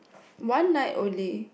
one night only